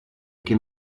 che